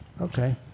Okay